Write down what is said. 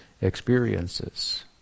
experiences